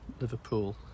Liverpool